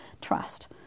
trust